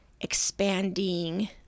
expanding